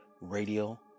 Radio